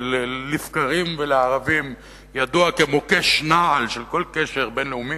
שלבקרים ולערבים ידוע כמוקש נעל של כל קשר בין-לאומי.